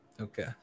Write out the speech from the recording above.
okay